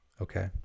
okay